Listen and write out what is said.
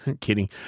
Kidding